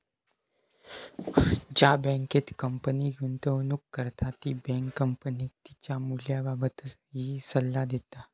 ज्या बँकेत कंपनी गुंतवणूक करता ती बँक कंपनीक तिच्या मूल्याबाबतही सल्लो देता